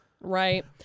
Right